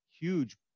huge